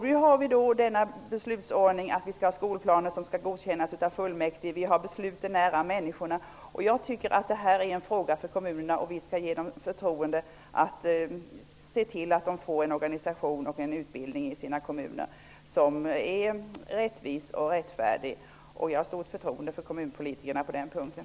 Vi har nu den beslutsordningen att skolplaner skall godkännas av fullmäktige och att besluten skall fattas nära människorna. Det här är en fråga för kommunerna, och vi skall ge dem förtroendet att se till att de i sina kommuner får en organisation och utbildning som är rättvis och rättfärdig. Jag har stort förtroende för kommunpolitikerna på den punkten.